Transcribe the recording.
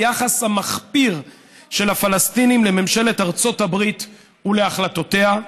היחס המחפיר של הפלסטינים לממשלת ארצות הברית ולהחלטותיה.